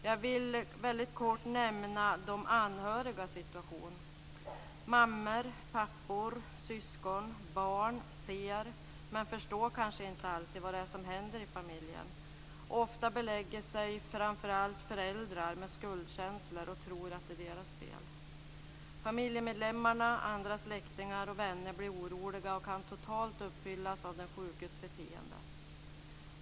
Jag vill kort nämna de anhörigas situation. Mammor, pappor, syskon och barn ser, men förstår kanske inte alltid vad det är som händer i familjen. Ofta belägger sig framför allt föräldrar med skuldkänslor och tror att det är deras fel. Familjemedlemmarna och andra släktingar och vänner blir oroliga och kan totalt uppfyllas av den sjukes beteende.